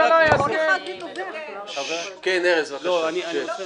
פתוח, אני לא מבין